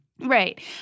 Right